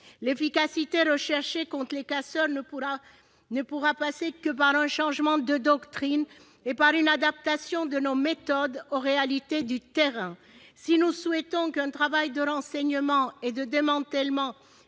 L'efficacité recherchée contre les casseurs ne pourra passer que par un changement de doctrine et une adaptation de nos méthodes aux réalités du terrain. Si nous souhaitons qu'un travail de renseignement et de démantèlement